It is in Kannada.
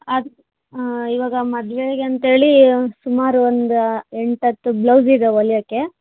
ಅದು ಇವಾಗ ಮದುವೆಗೆ ಅಂತ್ಹೇಳಿ ಸುಮಾರು ಒಂದು ಎಂಟು ಹತ್ತು ಬ್ಲೌಸ್ ಇದೆ ಹೊಲ್ಯಕ್ಕೆ